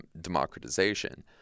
democratization